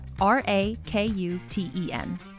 R-A-K-U-T-E-N